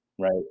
right